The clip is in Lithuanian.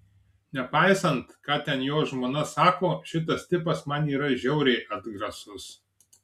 nepaisant ką ten jo žmona sako šitas tipas man yra žiauriai atgrasus